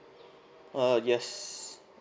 uh yes